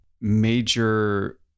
major